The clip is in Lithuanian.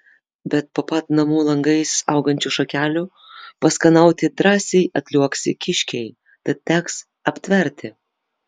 bet po pat namų langais augančių šakelių paskanauti drąsiai atliuoksi kiškiai tad teks aptverti